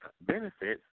benefits